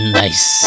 nice